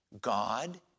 God